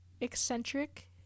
eccentric